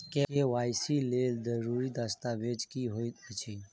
KYC लेल जरूरी दस्तावेज की होइत अछि?